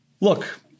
look